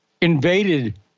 invaded